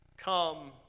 Come